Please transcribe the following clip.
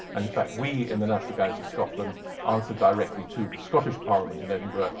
and in fact, we in the national galleries of scotland answer directly to the scottish parliament in edinburgh,